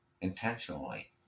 intentionally